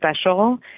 special